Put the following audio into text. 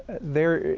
there,